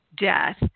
death